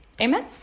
Amen